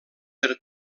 per